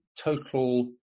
total